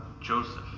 Joseph